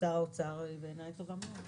לעצמאים, בעיניי החלטה טובה מאוד.